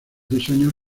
diseños